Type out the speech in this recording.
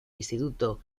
instituto